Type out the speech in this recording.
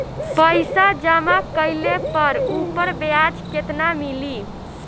पइसा जमा कइले पर ऊपर ब्याज केतना मिली?